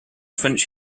french